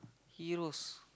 heros